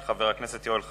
של חבר הכנסת יואל חסון,